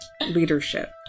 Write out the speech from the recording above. leadership